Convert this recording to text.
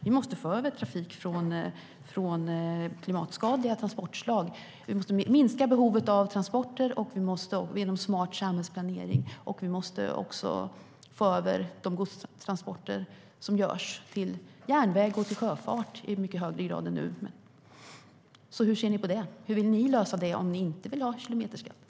Vi måste minska behovet av transporter genom smart samhällsplanering, och vi måste få över godstransporterna från klimatskadliga transportslag till järnväg och sjöfart i mycket högre grad än nu.